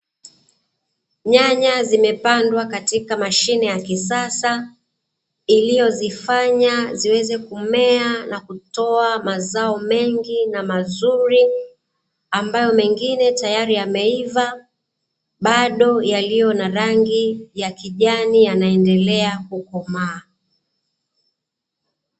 Nyanya zimepandwa katika mashine ya kisasa iliyozifanya ziweze kumea na kutoa mazao mengi na mazuri ambayo mengine tayari yameiva bado yaliyo na rangi ya kijani yanaendelea kukomaa.